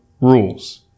rules